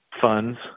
funds